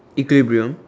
equilibrium